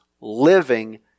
living